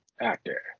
actor